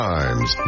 Times